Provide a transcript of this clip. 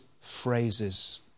phrases